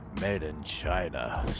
made-in-China